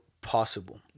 possible